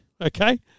Okay